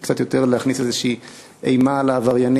להכניס קצת יותר אימה על העבריינים.